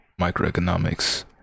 microeconomics